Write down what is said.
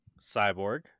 cyborg